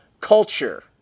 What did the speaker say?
culture